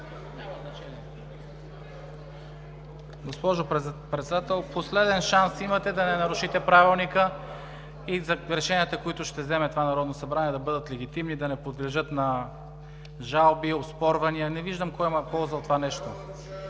Госпожо Председател, последен шанс имате да не нарушите Правилника и решенията, които ще вземе това Народно събрание, да бъдат легитимни, да не подлежат на жалби, оспорвания. Не виждам кой има полза от това нещо.